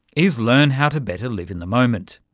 is learn how to better live in the moment.